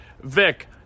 Vic